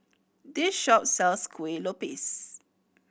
this shop sells Kuih Lopes